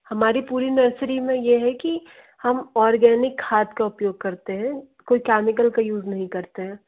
हमारी पूरी नर्सरी में ये है कि हम ऑर्गेनिक खाद का उपयोग करते हैं कोई कैमिकल का यूज़ नहीं करते हैं